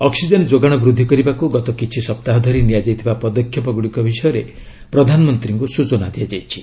oxygen ଯୋଗାଣ ବୃଦ୍ଧି କରିବାକୁ ଗତ କିଛି ସପ୍ତାହ ଧରି ନିଆଯାଇଥିବା ପଦକ୍ଷେପ ଗୁଡ଼ିକ ବିଷୟରେ ପ୍ରଧାନମନ୍ତ୍ରୀଙ୍କୁ ସୂଚନା ଦିଆଯାଇଛି